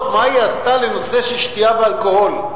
ומה היא עשתה בנושא של שתייה ואלכוהול.